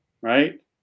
right